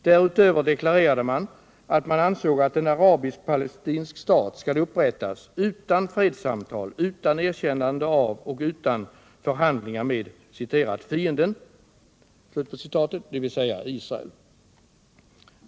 Därutöver deklarerade man, att man ansåg att en arabaisk-palestinsk stat skall upprättas utan fredssamtal, utan erkännande av och utan förhandlingar med ”fienden” dvs. Israel.